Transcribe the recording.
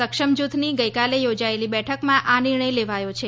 સક્ષમ જૂથની ગઈકાલે યોજાયેલી બેઠકમાં આ નિર્ણય લેવાયો છે